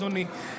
אדוני,